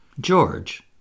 George